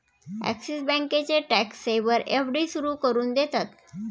axis बँकेचे tax saver FD सुरू करून देतात